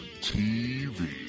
TV